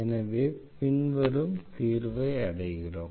எனவே பின்வருமாறு தீர்வை அடைகிறோம்